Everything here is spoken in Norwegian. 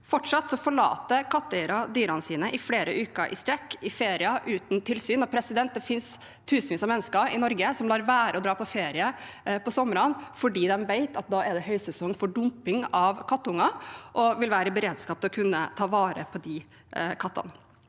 Fortsatt forlater katteeiere dyrene sine uten tilsyn i flere uker i strekk i ferier. Det finnes tusenvis av mennesker i Norge som lar være å dra på ferie om sommeren fordi de vet at det da er høysesong for dumping av kattunger, og de vil være i beredskap til å kunne ta vare på de kattene.